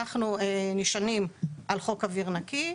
אנחנו נשענים על חוק אוויר נקי.